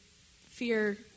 fear